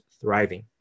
thriving